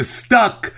stuck